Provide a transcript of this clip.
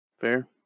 Fair